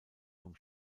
vom